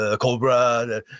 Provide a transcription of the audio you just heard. Cobra